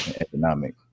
economic